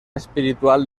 espiritual